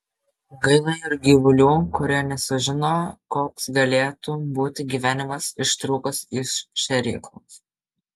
gaila ir gyvulių kurie nesužino koks galėtų būti gyvenimas ištrūkus iš šėryklos